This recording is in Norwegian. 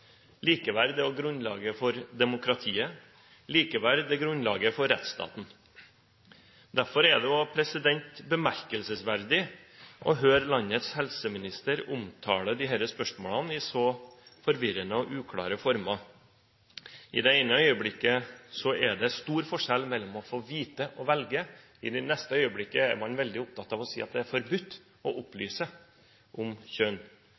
grunnlaget for demokratiet, likeverd er grunnlaget for rettsstaten. Derfor er det bemerkelsesverdig å høre landets helseminister omtale disse spørsmålene i så forvirrende og uklare former. I det ene øyeblikket er det stor forskjell mellom å få vite og å velge, i det neste øyeblikket er man veldig opptatt av å si at det er forbudt å opplyse om kjønn.